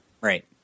Right